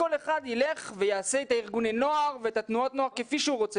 כל אחד ילך ויעשה את ארגוני הנוער ואת התנועות נוער כפי שהוא רוצה